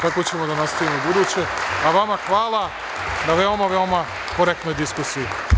Tako ćemo da nastavimo i u buduće, a vama hvala na veoma, veoma korektnoj diskusiji.